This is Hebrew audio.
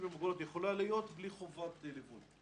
עם מוגבלות יכולה להיות בלי חובת ליווי.